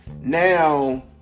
Now